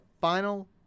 final